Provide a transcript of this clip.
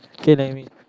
'kay lah I mean